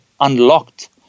unlocked